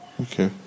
Okay